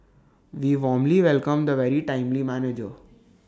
we warmly welcome the very timely manager